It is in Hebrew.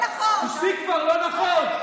רגע,